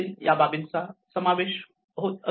या बाबींचा समावेश असतो